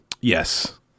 Yes